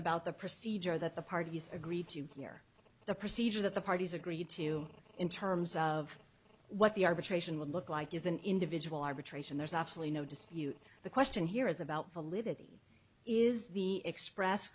about the procedure that the parties agreed to hear the procedure that the parties agreed to in terms of what the arbitration would look like is an individual arbitration there's absolutely no dispute the question here is about validity is the express